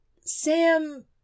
Sam